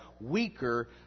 weaker